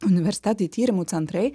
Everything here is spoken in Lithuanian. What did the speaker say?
universitetai tyrimų centrai